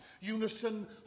Unison